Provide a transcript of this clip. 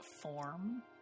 form